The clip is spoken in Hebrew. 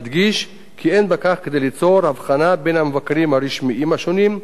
אדגיש כי אין בכך כדי ליצור הבחנה בין המבקרים הרשמיים השונים,